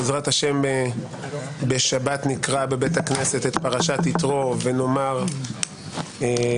בעזרת השם נקרא בשבת את פרשת "יתרו" ונאמר --<